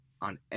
on